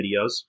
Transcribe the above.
videos